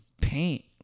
paint